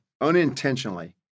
unintentionally